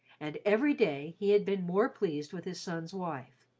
and every day he had been more pleased with his son's wife.